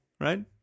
right